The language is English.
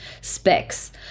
specs